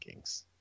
rankings